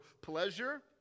pleasure